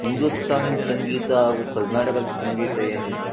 ಹಿಂದೂಸ್ತಾನಿ ಸಂಗೀತ ಹಾಗೂ ಕರ್ನಾಟಕದ ಸಂಗೀತ ಏನಿತ್ತು